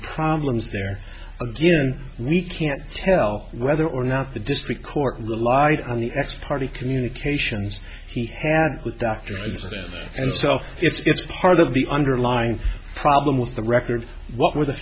problems there again we can't tell whether or not the district court relied on the x party communications he had with dr a stand and so it's part of the underlying problem with the record what were the